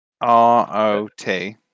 R-O-T